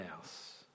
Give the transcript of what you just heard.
else